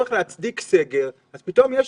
צורך להצדיק סגר, פתאום יש